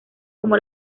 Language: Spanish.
como